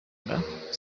inda